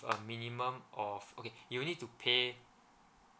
a minimum of okay you will need to pay